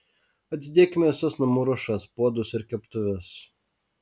atidėkime visas namų ruošas puodus ir keptuves